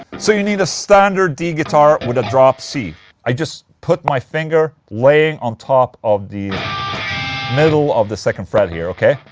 so you need a standard d guitar with a drop c i just put my finger, laying on top of the middle of the second fret here, ok?